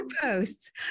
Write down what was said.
posts